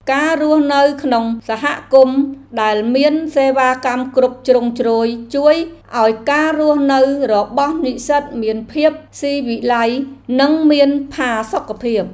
ការរស់នៅក្នុងសហគមន៍ដែលមានសេវាកម្មគ្រប់ជ្រុងជ្រោយជួយឱ្យការរស់នៅរបស់និស្សិតមានភាពស៊ីវិល័យនិងមានផាសុកភាព។